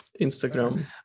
instagram